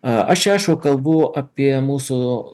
aš aišku kalbu apie mūsų